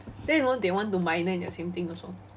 then you know they want to minor in the same thing also